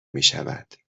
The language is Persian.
میشود